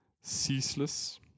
ceaseless